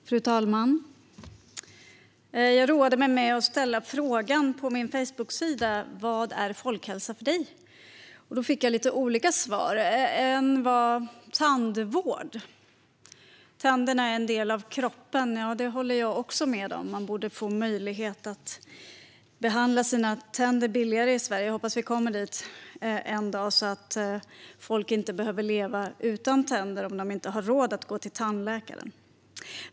Fru talman! Jag roade mig med att ställa frågan på min Facebooksida: Vad är folkhälsa för dig? Jag fick lite olika svar. Ett var: Tandvård. Tänderna är en del av kroppen. Det håller också jag med om. Man borde få möjlighet att behandla sina tänder billigare i Sverige. Jag hoppas att vi kommer dit en dag så att människor inte behöver leva utan tänder om de inte har råd att gå till tandläkaren.